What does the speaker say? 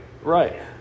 Right